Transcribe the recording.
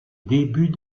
début